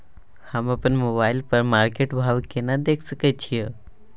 हम अपन मोबाइल पर मार्केट भाव केना देख सकै छिये?